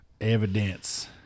Evidence